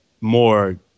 more